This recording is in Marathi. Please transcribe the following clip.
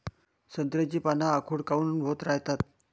संत्र्याची पान आखूड काऊन होत रायतात?